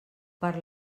per